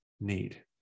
need